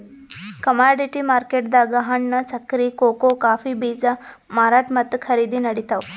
commodity ಮಾರ್ಕೆಟ್ದಾಗ್ ಹಣ್ಣ್, ಸಕ್ಕರಿ, ಕೋಕೋ ಕಾಫೀ ಬೀಜ ಮಾರಾಟ್ ಮತ್ತ್ ಖರೀದಿ ನಡಿತಾವ್